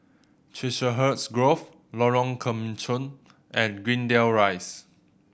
Chiselhurst Grove Lorong Kemunchup and Greendale Rise